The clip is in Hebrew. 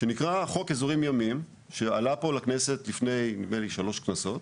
שנקרא "חוק אזורים ימיים" שעלה פה לכנסת לפני נדמה לי שלוש כנסות,